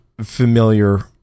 familiar